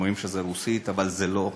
אומרים שזה הרוסית, אבל זה לא,